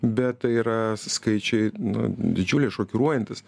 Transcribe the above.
bet tai yra skaičiai nu didžiuliai šokiruojantys